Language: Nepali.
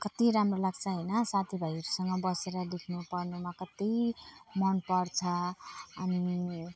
कति राम्रो लाग्छ होइन साथीभाइहरूसँग बसेर लेख्नु पढ्नुमा कति मनपर्छ अनि